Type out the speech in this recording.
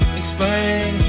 explain